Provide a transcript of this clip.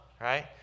right